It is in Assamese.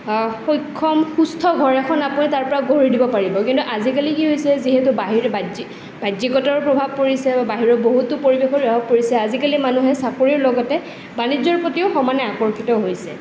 সক্ষম সুস্থ ঘৰ এখন আপুনি তাৰ পৰা গঢ়ি দিব পাৰিব কিন্তু আজিকালি কি হৈছে যিহেতু বাহিৰৰ বাহ্যিক বাহ্যিকতাৰ ওপৰত প্ৰভাৱ পৰিছে বা বাহিৰৰ বহুতো পৰিবেশৰ প্ৰভাৱ পৰিছে আজিকালি মানুহে চাকৰিৰ লগতে বাণিজ্যৰ প্ৰতিও সমানে আকৰ্ষিত হৈছে